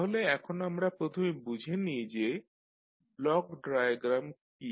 তাহলে এখন আমরা প্রথমে বুঝে নিই যে ব্লক ডায়াগ্রাম কী